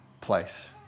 place